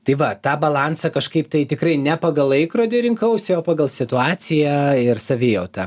tai va tą balansą kažkaip tai tikrai ne pagal laikrodį rinkausi o pagal situaciją ir savijautą